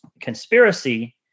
conspiracy